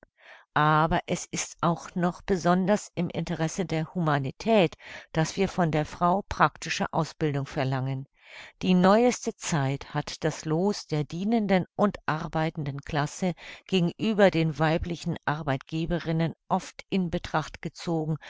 aber es ist auch noch besonders im interesse der humanität daß wir von der frau praktische ausbildung verlangen die neueste zeit hat das loos der dienenden und arbeitenden klasse gegenüber den weiblichen arbeitgeberinnen oft in betracht gezogen